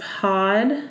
Pod